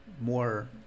more